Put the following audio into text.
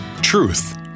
Truth